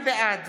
בעד